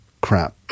crap